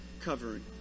covering